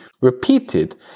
repeated